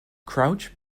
crouch